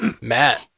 Matt